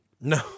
No